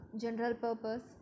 general-purpose